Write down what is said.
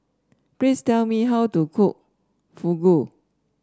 please tell me how to cook Fugu